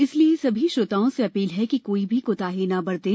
इसलिए सभी श्रोताओं से अपील है कि कोई भी कोताही न बरतें